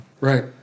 Right